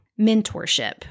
mentorship